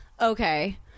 okay